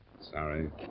Sorry